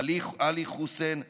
עלי חוסיין מסרי.